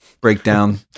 breakdown